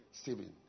Stephen